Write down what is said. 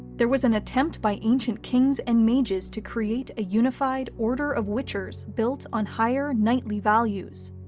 there was an attempt by ancient kings and mages to create a unified order of witchers built on higher, knightly values.